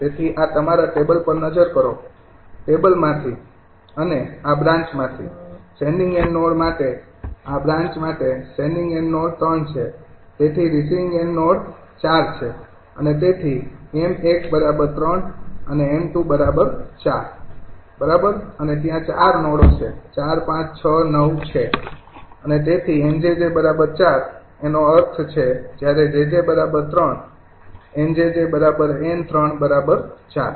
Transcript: તેથી આ તમારા ટેબલ પર નજર કરો ટેબલમાંથી અને આ બ્રાન્ચમાંથી સેંડિંગ એન્ડ નોડ માટે આ બ્રાન્ચ માટે સેંડિંગ એન્ડ નોડ ૩ છે અને તેથી રિસીવિંગ એન્ડ નોડ ૪ છે અને તેથી 𝑚૧ ૩ અને 𝑚૨ ૪ બરાબર અને ત્યાં ૪ નોડો ૪ ૫ ૬ ૯ છે અને તેથી 𝑁𝑗𝑗 ૪ તેનો અર્થ છે જ્યારે 𝑗𝑗 ૩ 𝑁𝑗𝑗 𝑁૩ ૪